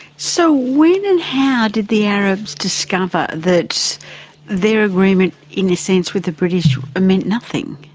so when and how did the arabs discover that their agreement in a sense with the british meant nothing?